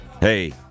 Hey